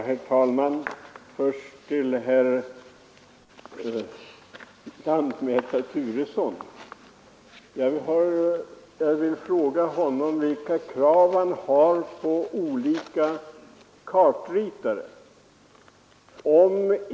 Herr talman! Jag vill fråga herr lantmätare Turesson vilka krav han ställer på kartritare.